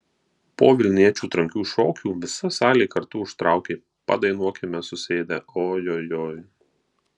po vilniečių trankių šokių visa salė kartu užtraukė padainuokime susėdę o jo joj